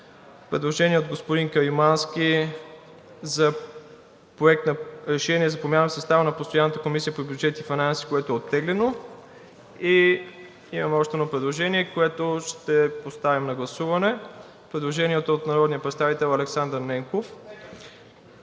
Предложение от господин Каримански за Проект на решение за промяна в състава на постоянната Комисия по бюджет и финанси, което е оттеглено. Имаме още едно предложение, което ще поставим на гласуване – предложение от народния представител Александър Ненков.